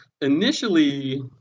initially